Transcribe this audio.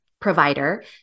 provider